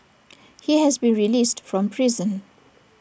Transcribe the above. he has been released from prison